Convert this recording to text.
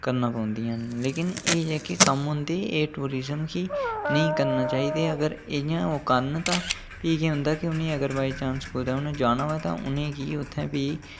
पौंदियां न लोकिन एह् जेह्के कम्म होंदे ऐ टूरिजम गी नेईं करना चाहिदे इ'यां ओह् करन ते फ्ही के होंदा के उ'नेंगी बाइचांस कुतै जाना होग तां उ'नेंगी उत्थै फ्ही